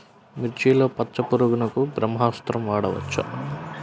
మిర్చిలో పచ్చ పురుగునకు బ్రహ్మాస్త్రం వాడవచ్చా?